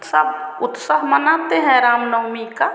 सब उत्साह मनाते हैं रामनवमी का